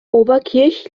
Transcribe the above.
oberkirch